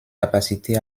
capacité